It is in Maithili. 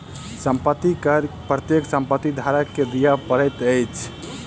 संपत्ति कर प्रत्येक संपत्ति धारक के दिअ पड़ैत अछि